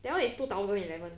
that one is two thousand eleven